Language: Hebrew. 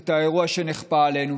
את האירוע שנכפה עלינו,